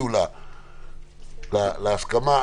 זאת השורה התחתונה.